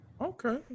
Okay